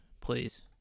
please